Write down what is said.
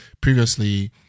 previously